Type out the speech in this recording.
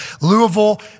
Louisville